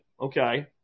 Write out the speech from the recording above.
Okay